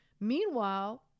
Meanwhile